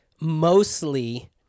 mostly